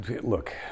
look